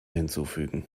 hinzufügen